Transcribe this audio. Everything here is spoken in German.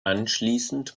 anschließend